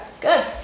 good